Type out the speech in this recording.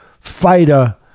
fighter